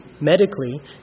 medically